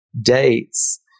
dates